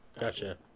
Gotcha